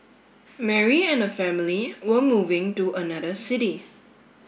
Mary and her family were moving to another city